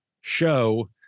show